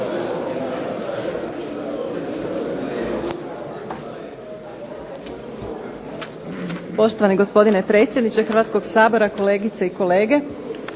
Poštovani gospodine predsjedniče Hrvatskog sabora, kolegice i kolege.